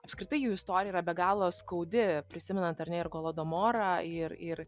apskritai jų istorija yra be galo skaudi prisimenant ar ne ir golodomorą ir ir